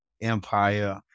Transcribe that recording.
Empire